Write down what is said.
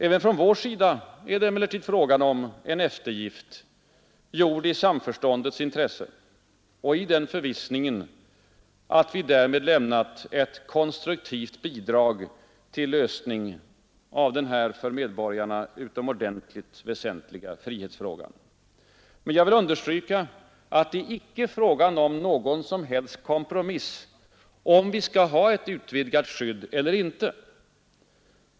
Även från vår sida är' det emellertid fråga om en eftergift, gjord i samförståndets intresse och i förvissningen, att vi därmed lämnat ett konstruktivt bidrag till lösning av denna för medborgarna utomordentligt väsentliga frihetsfråga. Men jag vill understryka att det icke är fråga om någon som helst kompromiss om huruvida vi skall ha ett utvidgat skydd eller inte.